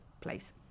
place